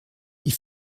ich